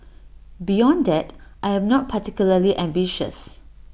beyond that I am not particularly ambitious